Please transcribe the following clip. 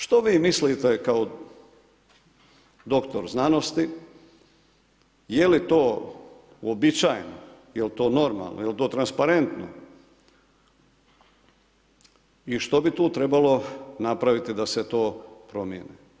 Što vi mislite kao doktor znanosti, je li to uobičajeno, je li to normalno, je li to transparentno i što bi tu trebalo napraviti da se to promijeni?